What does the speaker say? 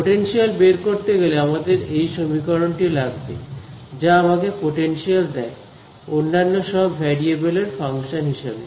potential বের করতে গেলে আমাদের এই সমীকরণ টি লাগবে যা আমাকে পোটেনশিয়াল দেয় অন্যান্য সব ভ্যারিয়েবলের ফাংশন হিসেবে